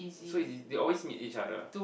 so it's they always meet each other